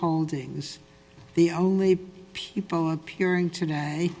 holdings the only people appearing to